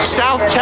south